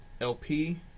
LP